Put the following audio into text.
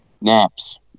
Naps